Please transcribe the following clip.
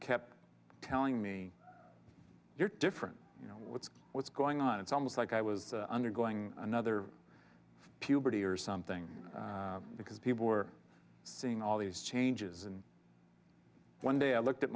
kept telling me you're different you know what's what's going on it's almost like i was undergoing another puberty or something because people were seeing all these changes and one day i looked at